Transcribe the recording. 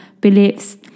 beliefs